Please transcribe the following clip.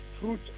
fruit